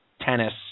tennis